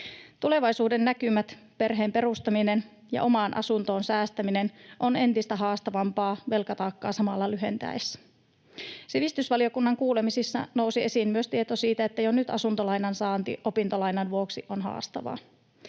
Tulevaisuuden näkymät, perheen perustaminen ja omaan asuntoon säästäminen on entistä haastavampaa velkataakkaa samalla lyhentäessä. Sivistysvaliokunnan kuulemisissa nousi esiin tieto myös siitä, että jo nyt asuntolainan saanti opintolainan vuoksi on haastavaa.